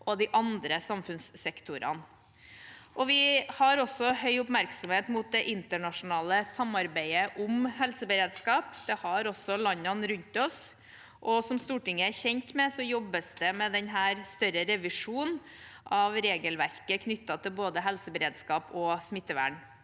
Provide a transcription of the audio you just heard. og de andre samfunnssektorene. Vi har også høy oppmerksomhet mot det internasjonale samarbeidet om helseberedskap – det har også landene rundt oss. Som Stortinget er kjent med, jobbes det også med en større revisjon av regelverket knyttet til både helseberedskap og smittevern.